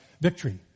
Victory